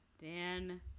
Dan